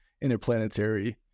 interplanetary